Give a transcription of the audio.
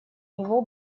него